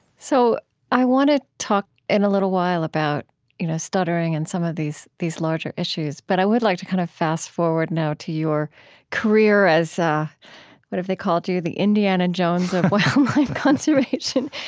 so i want to talk in a little while about you know stuttering and some of these these larger issues, but i would like to kind of fast forward now to your career as what have they called you? the indiana jones of wildlife conservation?